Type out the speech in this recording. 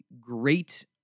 great